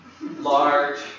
Large